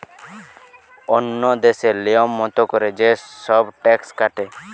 ওন্য দেশে লিয়ম মত কোরে যে সব ট্যাক্স কাটে